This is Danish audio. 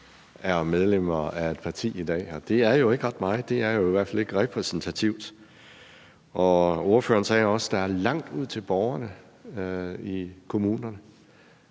er medlemmer af et parti i dag, og det er jo ikke ret meget. Det er i hvert fald ikke repræsentativt. Ordføreren sagde også, at der er langt ud til borgerne i kommunerne.